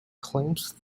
claims